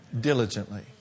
diligently